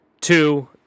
Two